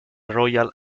royal